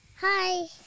Hi